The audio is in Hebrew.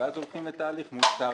ואז הולכים לתהליך מול שר האוצר.